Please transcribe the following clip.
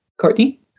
Courtney